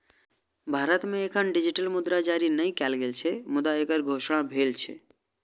भारत मे एखन डिजिटल मुद्रा जारी नै कैल गेल छै, मुदा एकर घोषणा भेल छै